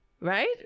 right